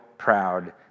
proud